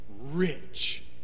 rich